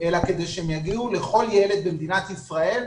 אלא כדי שהם יגיעו לכל ילד במדינת ישראל.